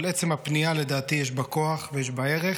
אבל לדעתי עצם הפנייה יש בה כוח ויש בה ערך.